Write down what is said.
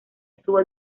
estuvo